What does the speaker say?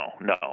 no